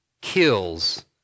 kills